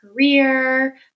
career